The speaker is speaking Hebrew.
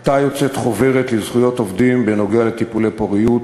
עתה יוצאת חוברת על זכויות עובדים בנוגע לטיפולי פוריות,